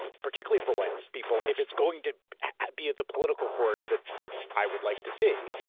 and particularly for white people if it's going to be the political force that i would like to see.